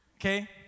Okay